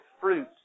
fruit